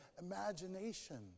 imagination